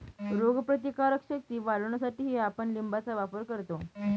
रोगप्रतिकारक शक्ती वाढवण्यासाठीही आपण लिंबाचा वापर करतो